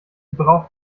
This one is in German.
braucht